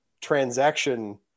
transaction